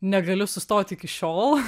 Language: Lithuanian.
negaliu sustot iki šiol